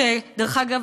שדרך אגב,